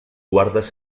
guardes